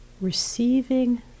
receiving